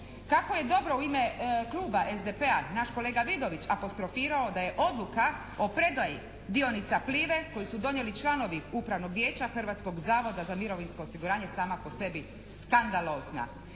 Tako je dobro u ime kluba SDP-a naš kolega Vidović apostrofirao da je Odluka o predaji dionica "Plive" koju su donijeli članovi Upravnog vijeća Hrvatskog zavoda za mirovinsko osiguranje sama po sebi skandalozna